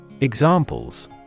Examples